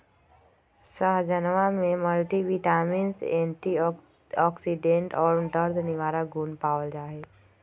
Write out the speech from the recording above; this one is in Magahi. सहजनवा में मल्टीविटामिंस एंटीऑक्सीडेंट और दर्द निवारक गुण पावल जाहई